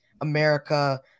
America